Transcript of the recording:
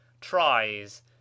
Tries